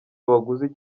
abaguzi